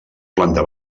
planta